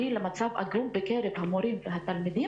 הביאה למצב עגום בקרב המורים והתלמידים,